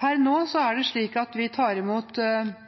Per nå er